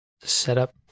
setup